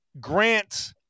Grant